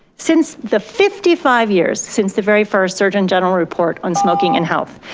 since the, fifty five years since the very first surgeon general report on smoking and health,